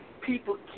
people